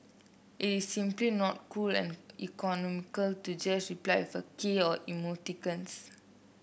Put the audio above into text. it is simply not cool and economical to just reply with a k or emoticons